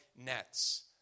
nets